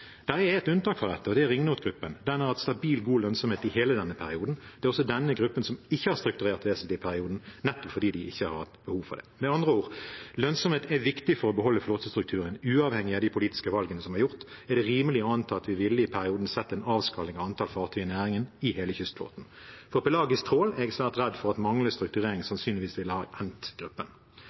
er ett unntak fra dette, og det er ringnot-gruppen. Den har hatt stabil, god lønnsomhet i hele denne perioden. Det er også denne gruppen som ikke har strukturert vesentlig i perioden, nettopp fordi de ikke har hatt behov for det. Med andre ord: Lønnsomhet er viktig for å beholde flåtestrukturen. Uavhengig av de politiske valgene som er gjort, er det rimelig å anta at vi i perioden ville sett en avskalling av antall fartøy i næringen i hele kystflåten. På pelagisk trål er jeg svært redd for at manglende strukturering sannsynligvis ville ha